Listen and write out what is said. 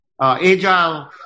agile